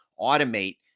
automate